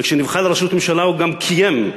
וכשנבחר לראשות הממשלה הוא גם קיים.